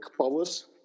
powers